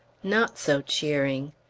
not so cheering!